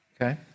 Okay